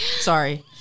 Sorry